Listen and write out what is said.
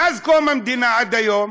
מאז קום המדינה עד היום